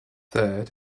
third